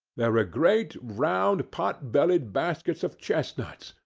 there were great, round, pot-bellied baskets of chestnuts,